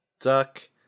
Duck